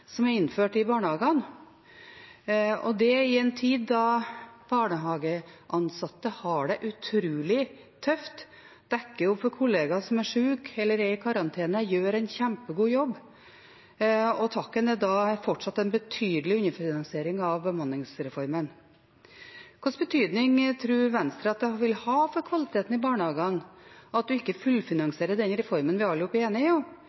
som er innført i barnehagene, og det i en tid da barnehageansatte har det utrolig tøft, dekker opp for kollegaer som er syke eller i karantene, gjør en kjempegod jobb. Takken er da fortsatt en betydelig underfinansiering av bemanningsreformen. Hvilken betydning tror Venstre det vil ha for kvaliteten i barnehagene at en ikke fullfinansierer den reformen vi alle er enige om? Er